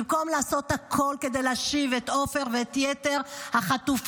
במקום לעשות הכול כדי להשיב את עופר ואת יתר החטופים,